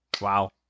Wow